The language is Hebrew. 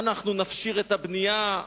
אנחנו נפשיר את הבנייה.